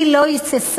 היא לא היססה